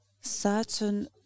certain